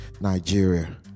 Nigeria